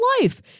life